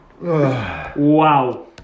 wow